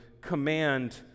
command